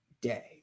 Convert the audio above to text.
day